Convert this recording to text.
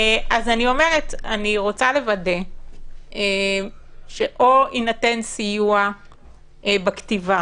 אני רוצה לוודא שאו יינתן סיוע בכתיבה